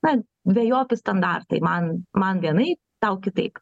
na dvejopi standartai man man vienai tau kitaip